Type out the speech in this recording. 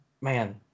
man